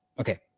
Okay